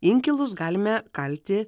inkilus galime kalti